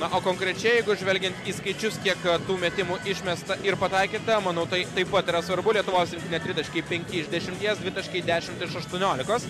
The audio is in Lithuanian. na o konkrečiai jeigu žvelgiant į skaičius kiek tų metimų išmesta ir pataikyta manau tai taip pat yra svarbu lietuvos tritaškiai penki iš dešimties dvitaškiai dešimt aštuoniolikos